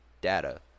data